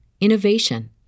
innovation